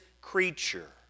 creature